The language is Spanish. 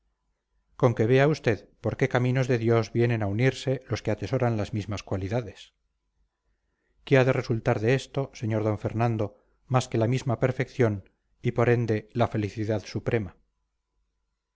con que vea usted por qué caminos de dios vienen a unirse los que atesoran las mismas cualidades qué ha de resultar de esto señor d fernando más que la misma perfección y por ende la felicidad suprema